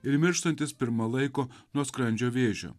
ir mirštantis pirma laiko nuo skrandžio vėžio